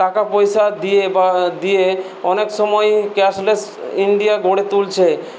টাকা পয়সা দিয়ে বা দিয়ে অনেক সময়েই ক্যাশলেস ইন্ডিয়া গড়ে তুলছে